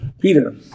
Peter